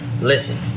Listen